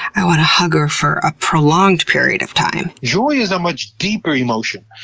i want to hug her for a prolonged period of time. joy is a much deeper emotion.